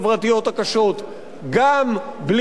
גם בלי גירעון בכלל.